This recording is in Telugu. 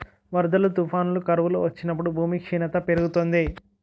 వరదలు, తుఫానులు, కరువులు వచ్చినప్పుడు భూమి క్షీణత పెరుగుతుంది